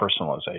personalization